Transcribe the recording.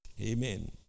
Amen